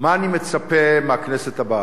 מה אני מצפה מהכנסת הבאה,